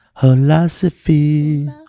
philosophy